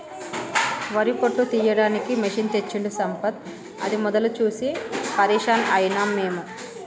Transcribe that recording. వరి పొట్టు తీయడానికి మెషిన్ తెచ్చిండు సంపత్ అది మొదలు చూసి పరేషాన్ అయినం మేము